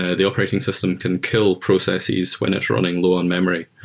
ah the operating system can kill processes when it's running low on memory.